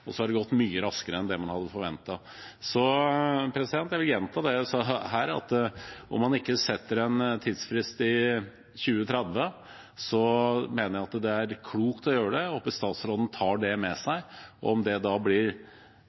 og så har det gått mye raskere enn man hadde forventet. Jeg vil gjenta det jeg sa her. Selv om man ikke setter en tidsfrist i 2030, mener jeg det er klokt å gjøre det, og jeg håper statsråden tar det med seg. Om det da blir